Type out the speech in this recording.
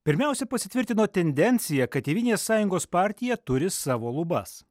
pirmiausia pasitvirtino tendencija kad tėvynės sąjungos partija turi savo lubas